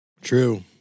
True